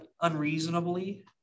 unreasonably